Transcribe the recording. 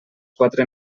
quatre